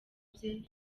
bye